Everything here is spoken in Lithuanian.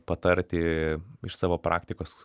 patarti iš savo praktikos